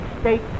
state